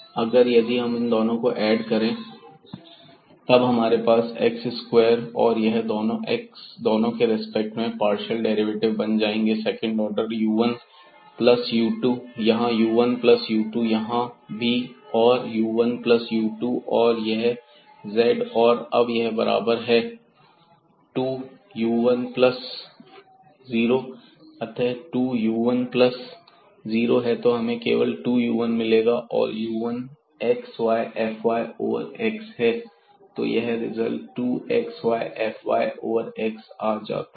अगर हम इन दोनों को ऐड करें तब हमारे पास x स्क्वेयर और यह दोनों के रिस्पेक्ट में पार्शियल डेरिवेटिव बन जाएंगे second order u1 plus u2 यहां u1 प्लस u2 यहां भी और u1 प्लस u2 और यह z है और अब यह बराबर है 2 u1 प्लस 0 अतः 2 u1 प्लस 0 तो हमें केवल 2u1 मिलता है और u1 xyfy ओवर x है तो यह result 2 xy f y over x आ जाता है